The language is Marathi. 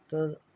तर